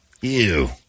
Ew